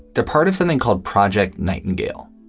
they're part of something called project nightingale.